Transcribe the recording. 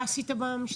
מה עשית במשטרה?